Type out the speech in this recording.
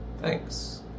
Thanks